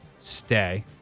Stay